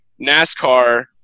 NASCAR